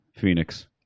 Phoenix